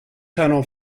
tunnel